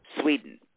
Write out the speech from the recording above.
Sweden